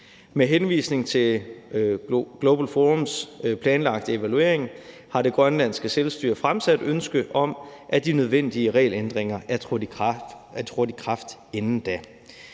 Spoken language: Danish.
Med henvisning til Global Forums planlagte evaluering har Grønlands Selvstyre fremsat ønske om, at de nødvendige regelændringer er trådt i kraft inden da.